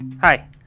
Hi